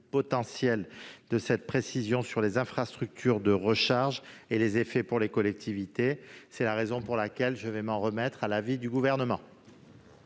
potentiel de cette précision sur les infrastructures de recharge et ses effets pour les collectivités. C'est la raison pour laquelle je m'en remettrai à l'avis du Gouvernement.